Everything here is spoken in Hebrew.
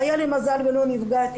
היה לי מזל ולא נפגעתי,